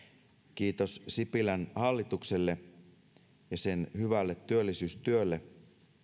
kiitos sipilän hallitukselle ja sen hyvälle työllisyystyölle